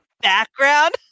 Background